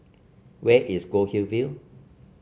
where is Goldhill View